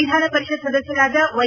ವಿಧಾನ ಪರಿಷತ್ ಸದಸ್ಕರಾದ ವೈ